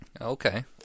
Okay